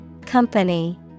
Company